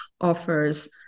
offers